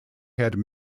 had